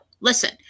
listen